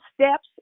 steps